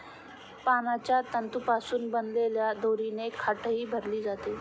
पानांच्या तंतूंपासून बनवलेल्या दोरीने खाटही भरली जाते